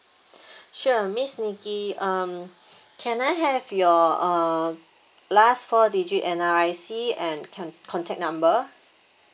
sure miss nicky um can I have your uh last four digit N_R_I_C and can~ contact number